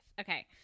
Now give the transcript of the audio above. okay